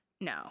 No